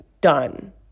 done